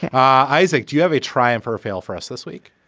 isaac. do you have a triumph or fail for us this week?